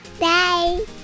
Bye